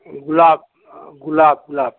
गुलाब गुलाब गुलाब